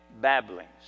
babblings